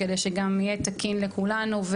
שגם יהיה תקין לכולנו.